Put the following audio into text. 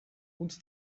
und